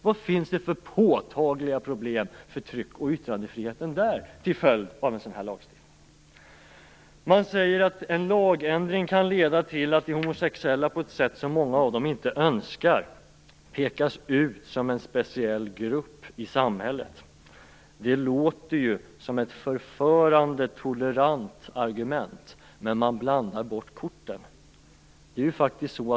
Vad finns det för påtagliga problem för tryck och yttrandefriheten där till följd av en sådan här lagstiftning? Man säger att en lagändring kan leda till att de homosexuella pekas ut som en speciell grupp i samhället på ett sätt som många av dem inte önskar. Det låter som ett förförande tolerant argument, men man blandar bort korten.